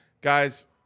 Guys